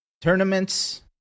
tournaments